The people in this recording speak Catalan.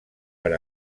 per